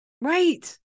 Right